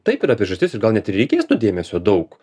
taip yra priežastis ir gal net reikės dėmesio daug